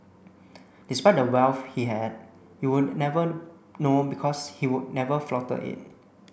despite the wealth he had you would never know because he would never flaunted it